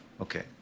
Okay